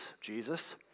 Jesus